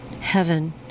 heaven